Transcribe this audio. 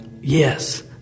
yes